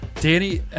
Danny